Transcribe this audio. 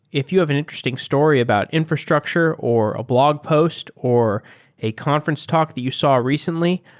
if you have an interesting story about infrastructure, or a blog post, or a conference talk that you saw recently,